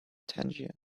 tangier